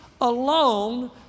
alone